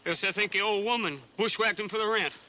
else they'll think the old woman bushwhacked him for the rent.